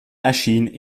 erschien